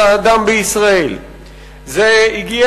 זה התגלגל משם אל הקרן החדשה לישראל,